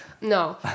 no